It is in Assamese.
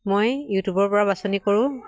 মই ইউটিউবৰ পৰা বাছনি কৰোঁ